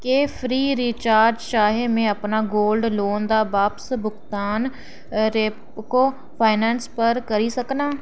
क्या free charge राहें में अपना गोल्ड लोन दा बापस भुगतान रेप्को फाइनैंस पर करी सकनां